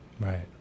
right